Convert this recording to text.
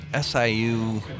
siu